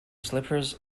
slippers